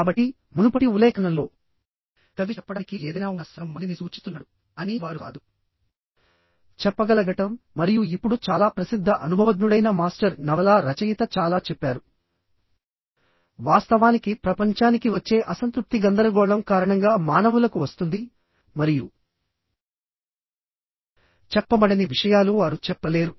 కాబట్టి మునుపటి ఉల్లేఖనంలో కవి చెప్పడానికి ఏదైనా ఉన్న సగం మందిని సూచిస్తున్నాడు కానీ వారు కాదు చెప్పగలగటం మరియు ఇప్పుడు చాలా ప్రసిద్ధ అనుభవజ్ఞుడైన మాస్టర్ నవలా రచయిత చాలా చెప్పారు వాస్తవానికి ప్రపంచానికి వచ్చే అసంతృప్తి గందరగోళం కారణంగా మానవులకు వస్తుంది మరియు చెప్పబడని విషయాలు వారు చెప్పలేరు